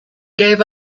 gave